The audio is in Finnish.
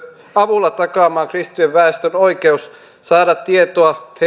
avulla pyrkiä takaamaan kristityn väestön oikeus saada tietoa